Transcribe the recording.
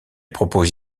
propose